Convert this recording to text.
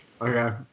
Okay